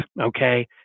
okay